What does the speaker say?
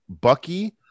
bucky